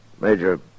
Major